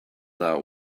that